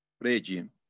regime